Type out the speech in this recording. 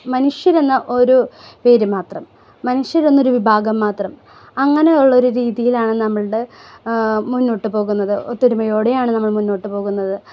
മനുഷ്യർ എന്ന ഒരു പേര് മാത്രം മനുഷ്യർ എന്നൊരു വിഭാഗം മാത്രം അങ്ങനെയുള്ള ഒരു രീതിയിലാണ് നമ്മളുടെ മുന്നോട്ട് പോകുന്നത് ഒത്തൊരുമയോടെ ആണ് നമ്മൾ മുന്നോട്ട് പോകുന്നത്